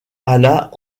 alla